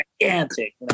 gigantic